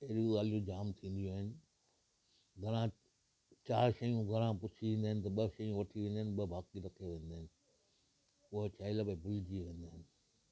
अहिड़ियूं ॻाल्हियूं जामु थींदियूं आहिनि घणां चार शयूं घरां पुछी ईंदा आहिनि त ॿ शयूं वठी वेंदा आहिनि ॿ बाक़ी रखी वेंदा आहिनि उहो छा लाइ भई भुलिजी वेंदा आहिनि